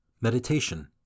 Meditation